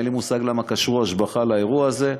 אין לי מושג למה קשרו את היטל ההשבחה לאירוע הזה,